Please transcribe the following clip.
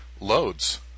Loads